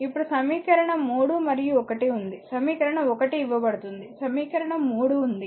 ఇప్పుడు సమీకరణం 3 మరియు 1 ఉంది సమీకరణం 1 ఇవ్వబడుతుంది సమీకరణం 3 ఉంది